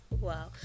wow